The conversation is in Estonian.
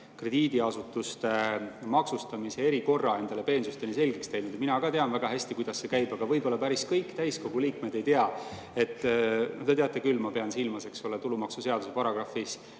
krediidiasutuste maksustamise erikorra peensusteni selgeks teinud. Mina ka väga hästi tean, kuidas see käib, aga võib‑olla päris kõik täiskogu liikmed ei tea. Te teate küll, ma pean silmas tulumaksuseaduse §‑s